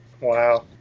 Wow